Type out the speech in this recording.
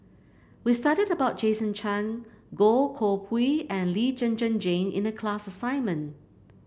we studied about Jason Chan Goh Koh Pui and Lee Zhen Zhen Jane in the class assignment